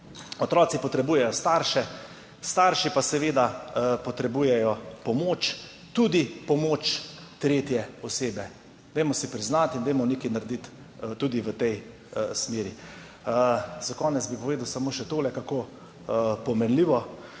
Otroci potrebujejo starše, starši pa seveda potrebujejo pomoč, tudi pomoč tretje osebe. Dajmo si priznati in dajmo nekaj narediti tudi v tej smeri. Za konec bi povedal samo še tole. Kako pomenljivo.